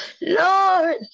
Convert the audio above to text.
Lord